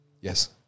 Yes